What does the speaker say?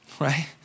Right